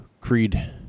Creed